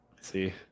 See